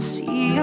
See